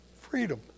freedom